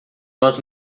nós